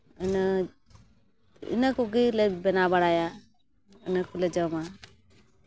ᱤᱱᱟᱹ ᱤᱱᱟᱹ ᱠᱚᱜᱮᱞᱮ ᱵᱮᱱᱟᱣ ᱵᱟᱲᱟᱭᱟ ᱤᱱᱟᱹ ᱠᱚᱞᱮ ᱡᱚᱢᱟ